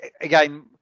again